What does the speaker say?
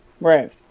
Right